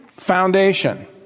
Foundation